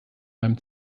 meinem